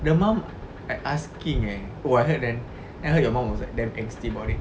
the mum like asking eh oh I heard then then I heard your mum was like damn angsty about it